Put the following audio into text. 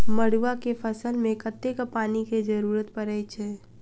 मड़ुआ केँ फसल मे कतेक पानि केँ जरूरत परै छैय?